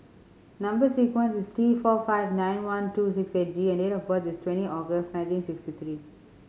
number sequence is T four five nine one two six eight G and date of birth is twenty August nineteen sixty three